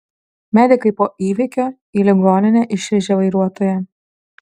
medikai po įvykio į ligoninę išvežė vairuotoją